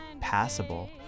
passable